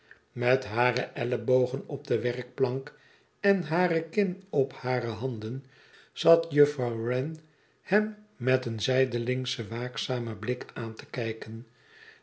met hare ellebogen op de werkplank en hare kin op hare handen zat juffrouw wren hem met een zijdelingschen waakzamen blik aan te kijken